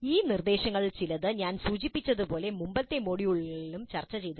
ഈ പ്രശ്നങ്ങളിൽ ചിലത് ഞാൻ സൂചിപ്പിച്ചതുപോലെ മുമ്പത്തെ മൊഡ്യൂളുകളിലും ചർച്ചചെയ്തു